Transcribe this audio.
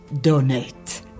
Donate